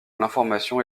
l’information